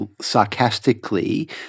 sarcastically